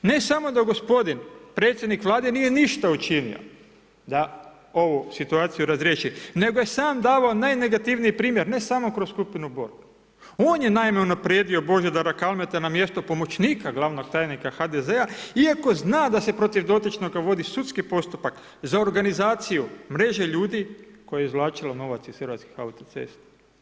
Ne samo da gospodin predsjednik Vlade nije ništa učinio da ovu situaciju razriješi, nego je sam davao najnegativniji primjer, ne samo kroz skupinu Borg, on je naime unaprijedio Božidara Kalmetu na mjesto pomoćnika glavnog tajnika HDZ-a iako zna da se protiv dotičnoga vodi sudski postupak za organizaciju mreže ljudi koja je izvlačila novac iz Hrvatskih autocesta.